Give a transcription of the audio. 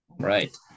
Right